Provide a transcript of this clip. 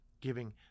giving